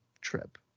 trip